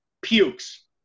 pukes